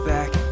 Back